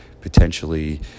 potentially